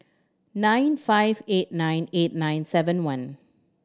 nine five eight nine eight nine seven one